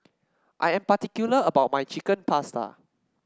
I am particular about my Chicken Pasta